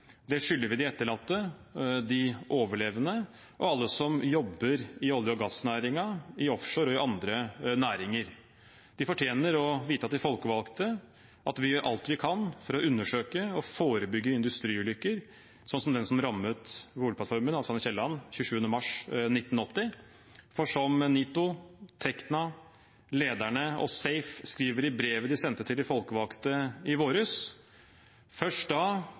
Det skylder vi de etterlatte, de overlevende og alle som jobber i olje- og gassnæringen, innen offshore og andre næringer. De fortjener å vite at vi folkevalgte gjør alt vi kan for å undersøke og forebygge industriulykker, som den som rammet boreplattformen Alexander L. Kielland 27. mars 1980. For som NITO, Tekna, Lederne og SAFE skriver i brevet de sendte til de folkevalgte i våres: Først da